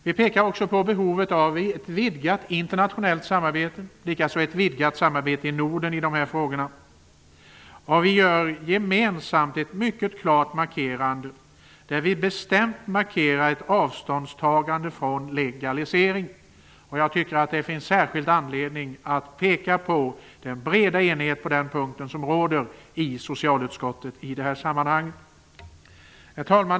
Vi pekar också på behovet av ett vidgat internationellt samarbete, likaså ett vidgat samarbete i Norden i de här frågorna. Vi gör gemensamt en mycket klar och bestämd markering att vi tar avstånd från legalisering. Det finns särskild anledning att peka på den breda enighet som råder i socialutskottet på den punkten. Herr talman!